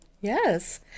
Yes